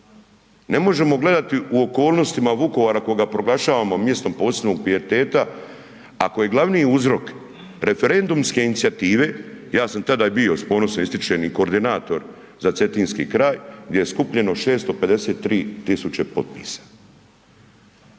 Ne možemo gledati u okolnosti Vukovara kojega proglašavamo mjestom posebnog pijeteta ako je glavni uzrok referendumske inicijative, ja sam tada bio i s ponosom ističem i koordinator za cetinski kraj gdje je skupljeno 653.000 potpisa.